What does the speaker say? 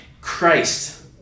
Christ